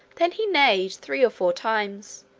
then he neighed three or four times,